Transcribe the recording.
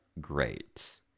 great